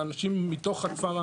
והאנשים מתוך הכפר,